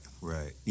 right